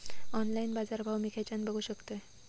Online बाजारभाव मी खेच्यान बघू शकतय?